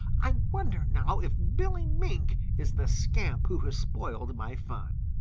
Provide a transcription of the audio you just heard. i wonder now if billy mink is the scamp who has spoiled my fun.